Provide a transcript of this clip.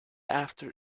after